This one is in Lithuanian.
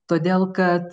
todėl kad